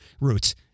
roots